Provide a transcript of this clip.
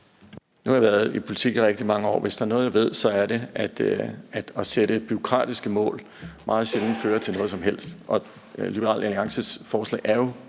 Nu har jeg været i politik i rigtig mange år, og hvis der er noget, jeg ved, så er det, at det at sætte bureaukratiske mål meget sjældent fører til noget som helst,